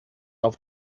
auf